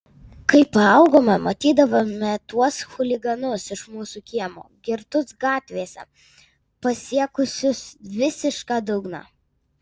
kai paaugome matydavome tuos chuliganus iš mūsų kiemo girtus gatvėse pasiekusius visišką dugną